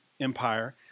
empire